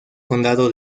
condado